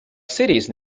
cities